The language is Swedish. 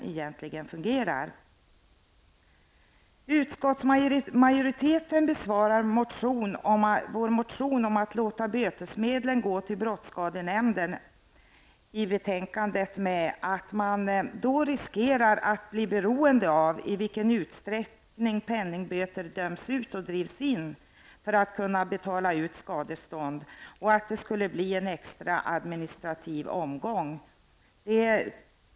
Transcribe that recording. I betänkandet besvarar utskottsmajoriteten vår motion om att låta bötesmedlen gå till brottsskadenämnden med att man då riskerar att bli beroende av i vilken utsträckning penningböter döms ut och drivs in, för att kunna betala ut skadestånd. Det skulle bli en extra administrativ omgång.